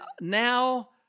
now